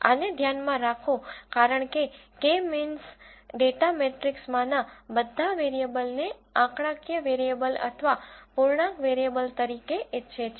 આને ધ્યાનમાં રાખો કારણ કે કે મીન્સk મીન્સ ડેટા મેટ્રિક્સમાંના બધા વેરીએબલને આંકડાકીય વેરીએબલ અથવા પૂર્ણાંક વેરીએબલ તરીકે ઇચ્છે છે